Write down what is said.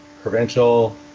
provincial